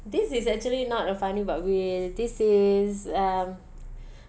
this is actually not a funny but well this is um